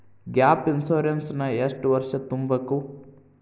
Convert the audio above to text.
Gap insurance ನ ಎಷ್ಟ್ ವರ್ಷ ತುಂಬಕು?